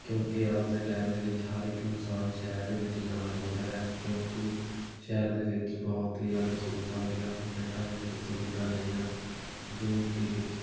ਕਿਉਂਕਿ ਅੱਜ ਦੇ ਟਾਈਮ ਦੇ ਵਿੱਚ ਹਰ ਇੱਕ ਇਨਸਾਨ ਸ਼ਹਿਰ ਦੇ ਵਿੱਚ ਜਾਣਾ ਚਾਹੁੰਦਾ ਹੈ ਕਿਉਂਕਿ ਸ਼ਹਿਰ ਦੇ ਵਿੱਚ ਬਹੁਤ ਹੀ ਜ਼ਿਆਦਾ ਸਹੂਲਤਾਂ ਹੁੰਦੀਆਂ ਹਨ ਪਿੰਡਾਂ ਦੇ ਵਿੱਚ ਸਹੂਲਤਾਂ ਨਹੀਂ ਹਨ ਜਿਵੇਂ ਕਿ